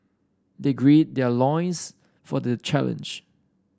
they gird their loins for the challenge